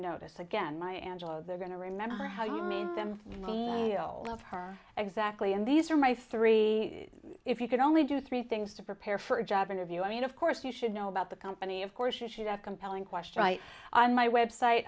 notice again my angelot they're going to remember how you made them of her exactly and these are my three if you could only do three things to prepare for a job interview i mean of course you should know about the company of course issued a compelling question on my website